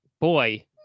boy